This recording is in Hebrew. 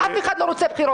אף אחד לא רוצה בחירות.